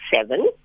seven